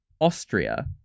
Austria